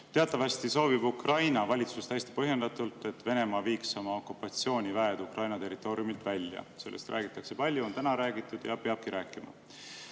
Teatavasti soovib Ukraina valitsus – täiesti põhjendatult –, et Venemaa viiks oma okupatsiooniväed Ukraina territooriumilt välja. Sellest räägitakse palju, on ka täna räägitud ja peabki rääkima.